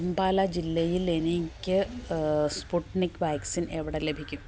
അംബാല ജില്ലയിൽ എനിക്ക് Sputnik vaccine എവിടെ ലഭിക്കും